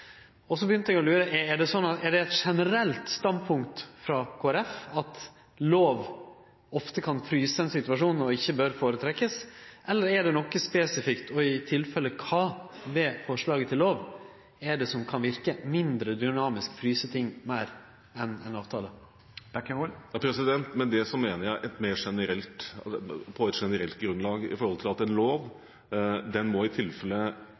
Så begynte eg å lure: Er det eit generelt standpunkt frå Kristeleg Folkeparti at lov ofte kan fryse ein situasjon og noko ein ikkje bør føretrekkje, eller er det noko spesifikt, og i tilfellet kva, ved forslaget til lov som kan verke mindre dynamisk, fryse ting, enn ein avtale? Jeg mener dette på generelt grunnlag ved at en lov må oppheves og behandles på